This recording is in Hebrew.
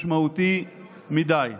משמעותי מדי.